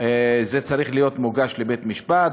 וזה צריך להיות מוגש לבית-משפט,